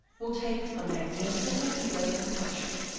will take a magnificently emblazoned parchment,